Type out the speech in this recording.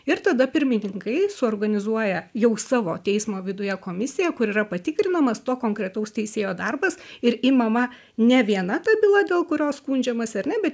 ir tada pirmininkai suorganizuoja jau savo teismo viduje komisiją kur yra patikrinamas to konkretaus teisėjo darbas ir imama ne viena ta byla dėl kurios skundžiamasi ar ne bet